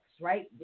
Right